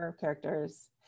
characters